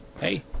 Hey